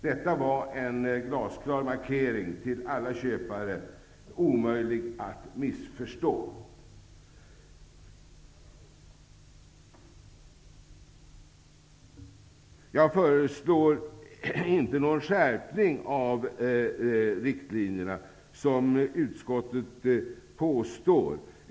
Detta var en glasklar markering till alla köpare och omöjlig att missförstå. Jag föreslår inte någon skärpning av riktlinjerna, som utskottet påstår.